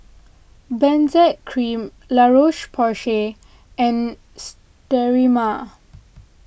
Benzac Cream La Roche Porsay and Sterimar